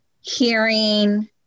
hearing